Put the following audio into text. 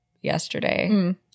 yesterday